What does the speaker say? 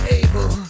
able